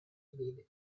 beve